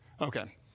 Okay